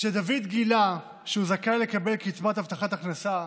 כשדוד גילה שהוא זכאי לקבל קצבת הבטחת הכנסה,